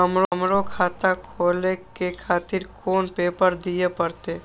हमरो खाता खोले के खातिर कोन पेपर दीये परतें?